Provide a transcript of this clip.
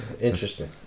Interesting